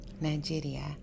Nigeria